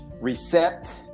reset